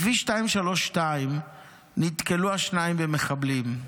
בכביש 232 נתקלו השניים במחבלים.